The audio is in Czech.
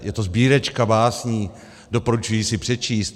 Je to sbírečka básní, doporučuji si přečíst.